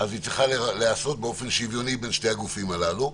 היא צריכה להיעשות באופן שוויוני בין שני הגופים הללו.